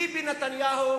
ביבי נתניהו